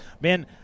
Ben